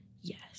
Yes